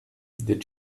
did